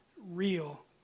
real